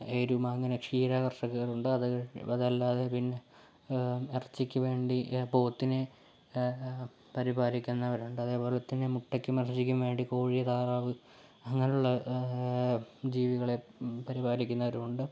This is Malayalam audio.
എരുമ അങ്ങനെ ക്ഷീര കർഷകരുണ്ട് അത് അതല്ലാതെ പിന്നെ ഇറച്ചിക്ക് വേണ്ടി പോത്തിനെ പരിപാലിക്കുന്നവരുണ്ട് അതേപോലെതന്നെ മുട്ടക്കും ഇറച്ചിക്കും വേണ്ടി കോഴി താറാവ് അങ്ങനെയുള്ള ജീവികളെ പരിപാലിക്കുന്നവരുണ്ട്